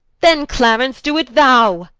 then clarence do it thou